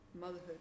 motherhood